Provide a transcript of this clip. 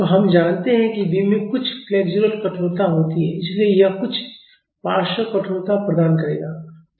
तो हम जानते हैं कि बीम में कुछ फ्लेक्सुरल कठोरता होती है इसलिए यह कुछ पार्श्व कठोरता प्रदान करेगा